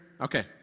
Okay